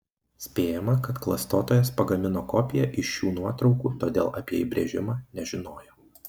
spėjama kad klastotojas pagamino kopiją iš šių nuotraukų todėl apie įbrėžimą nežinojo